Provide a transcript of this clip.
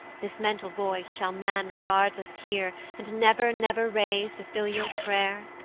this mental voice shall man regardless hear, and never, never raise the filial pray'r?